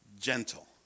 gentle